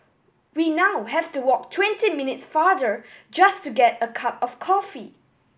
we now have to walk twenty minutes farther just to get a cup of coffee